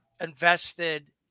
invested